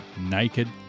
naked